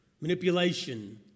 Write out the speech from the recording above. manipulation